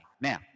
Now